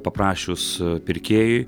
paprašius pirkėjui